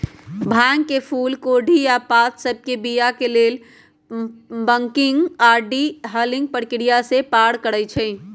भांग के फूल कोढ़ी आऽ पात सभके बीया के लेल बंकिंग आऽ डी हलिंग प्रक्रिया से पार करइ छै